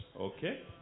Okay